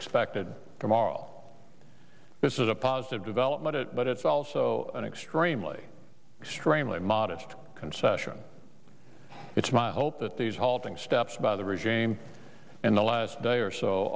expected from all this is a positive development it but it's also an extremely extremely modest concession it's my hope that these halting steps by the regime in the last day or so